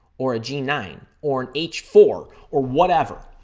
or a g nine. or an h four. or whatever.